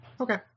Okay